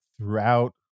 throughout